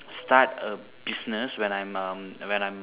start a business when I'm um when I'm